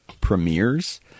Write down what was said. premieres